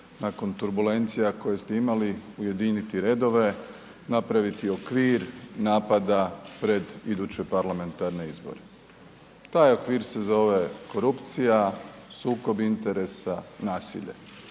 nakon turbulencija koje ste imali ujediniti redove, napraviti okvir napada pred iduće parlamentarne izbore. Taj okvir se zove korupcija, sukob interesa, nasilje.